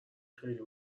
خیلی